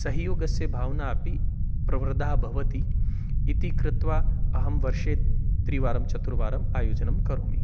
सहयोगस्य भावना अपि प्रवृद्धा भवति इति कृत्वा अहं वर्षे त्रिवारं चतुर्वारम् आयोजनं करोमि